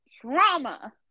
trauma